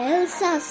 Elsa